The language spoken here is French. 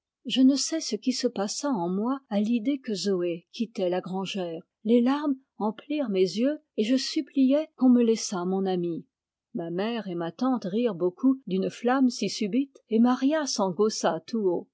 je ne sais ce qui se passa en moi à l'idée que zoé quittait la grangère les larmes emplirent mes yeux et je suppliais qu'on me laissât mon amie ma mère et ma tante rirent beaucoup d'une flamme si subite et maria